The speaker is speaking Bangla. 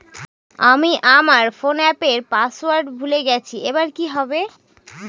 আমি আমার ফোনপের পাসওয়ার্ড ভুলে গেছি এবার কি হবে?